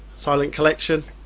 silent collection?